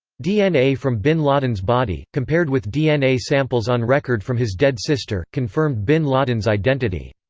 dna from bin laden's body, compared with dna samples on record from his dead sister, confirmed bin laden's identity.